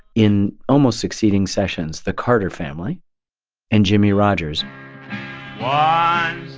in almost succeeding sessions, the carter family and jimmie rodgers ah